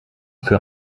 für